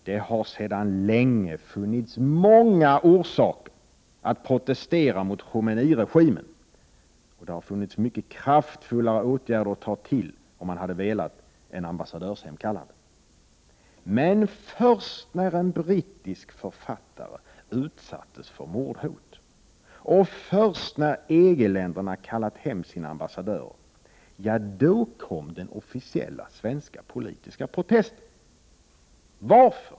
Det har sedan länge funnits många orsaker att protestera mot Khomeiniregimen, och det har funnits mycket kraftfullare åtgärder att ta till, om man hade velat, än ambassadörshemkallande. Men först när en brittisk författare utsattes för mordhot — och först när EG-länderna kallat hem sina ambassadörer — kom den officiella svenska politiska protesten. Varför?